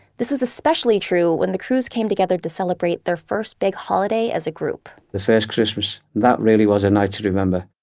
this was especially true when the crews came together to celebrate their first big holiday as a group the first christmas, that really was a night to remember.